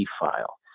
file